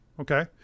okay